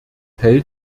hält